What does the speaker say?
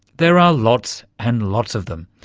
there are lots and lots of them.